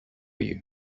you